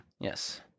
Yes